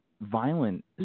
violent